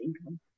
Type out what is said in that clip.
income